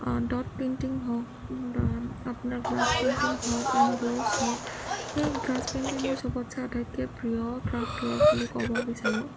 আ dot painting হওক বা আপোনাৰ গ্লাছ পেইণ্টিং হওক এমবছ হওক সেই গ্লাছ পেইণ্টিং মোৰ সবতছে আটাইতকৈ প্ৰিয় ক্ৰাফট ৱৰ্ক বুলি ক'ব বিচাৰোঁ